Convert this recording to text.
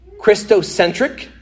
Christocentric